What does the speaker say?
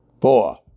Four